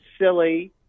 silly